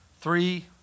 Three